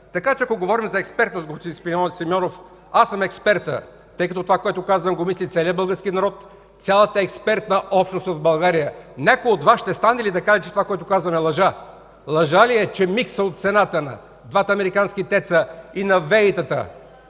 Така че, ако говорим за експертност, господин Симеонов, аз съм експертът, тъй като това, което казвам, го мисли целият български народ, цялата експертна общност в България. Някой от Вас ще стане ли да каже, че това, което казвам, е лъжа? Лъжа ли е, че миксът от цената на двата американски теца и на ВЕИ-тата